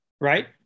right